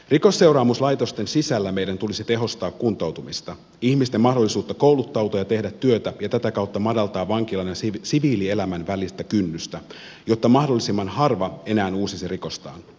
rikosseuraamuslaitosten sisällä meidän tulisi tehostaa kuntoutumista ihmisten mahdollisuutta kouluttautua ja tehdä työtä ja tätä kautta madaltaa vankilan ja siviilielämän välistä kynnystä jotta mahdollisimman harva enää uusisi rikostaan